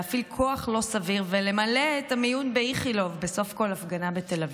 להפעיל כוח לא סביר ולמלא את המיון באיכילוב בסוף כל הפגנה בתל אביב.